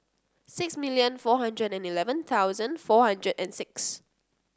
six million four hundred and eleven thousand four hundred and six